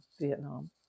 Vietnam